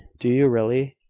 do you really?